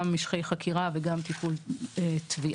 גם משכי חקירה וגם טיפול תביעה.